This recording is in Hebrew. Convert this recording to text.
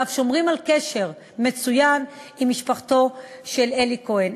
ואף שומרים על קשר מצוין עם משפחתו של אלי כהן.